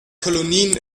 kolonien